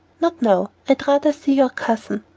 not now. i'd rather see your cousin.